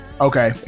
Okay